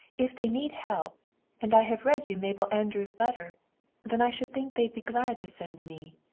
if they need help and i have read you mabel andrews' letter then i should think they'd be glad to send me.